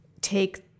take